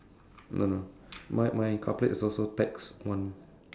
no no my my car plate is also tax one